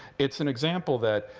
it's an example that,